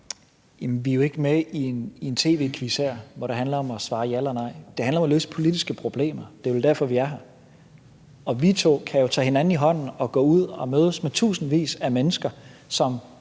Vi er jo ikke med i en tv-quiz her, hvor det handler om at svare ja eller nej. Det handler om at løse politiske problemer – det er vel derfor, vi er her. Og vi to kan jo tage hinanden i hånden og gå ud og mødes med tusindvis af mennesker, som